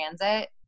transit